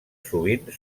sovint